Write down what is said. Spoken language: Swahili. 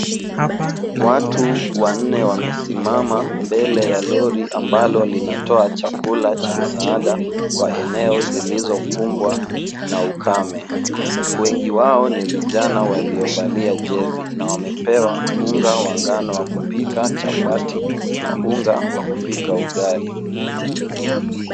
Watu wanne wamesimama mbele ya lori ambalo linatoa chakula cha msaada kwa eneo zilizokumbwa na ukame. Wengi wao ni vijana waliovalia jezi na wamepewa unga wa ngano wa kupika chapati na unga wa kupika ugali.